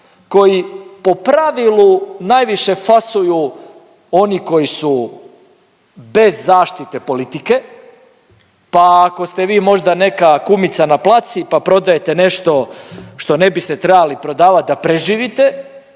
koji po pravilu najviše fasuju oni koji su bez zaštite politike, pa ako ste vi možda neka kumica na placu pa prodajete nešto što ne biste trebali prodavati da preživite,